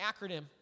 acronym